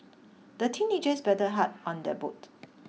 the teenagers paddled hard on their boat